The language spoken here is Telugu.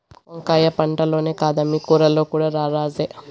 వంకాయ పంటల్లోనే కాదమ్మీ కూరల్లో కూడా రారాజే